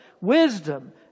wisdom